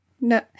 No